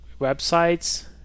websites